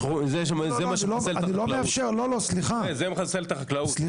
מה שמחסל את החקלאות.